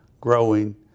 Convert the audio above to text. growing